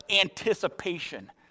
anticipation